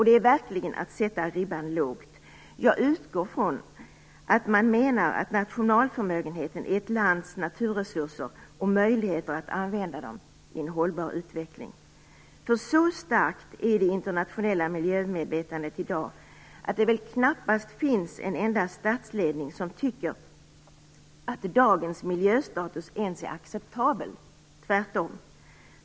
Det är verkligen att sätta ribban lågt. Jag utgår ifrån att man menar att nationalförmögenheten är ett lands naturresurser och möjligheter att använda dessa i en hållbar utveckling. Så starkt är det internationella miljömedvetandet i dag, att det väl knappast finns en enda statsledning som tycker att dagens miljöstatus ens är acceptabel, tvärtom.